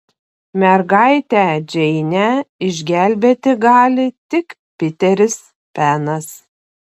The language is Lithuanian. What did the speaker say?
mergaitę džeinę išgelbėti gali tik piteris penas